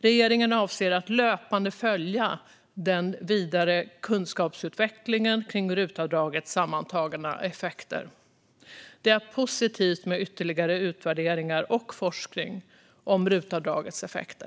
Regeringen avser att löpande följa den vidare kunskapsutvecklingen kring RUT-avdragets sammantagna effekter. Det är positivt med ytterligare utvärderingar och forskning om RUT-avdragets effekter.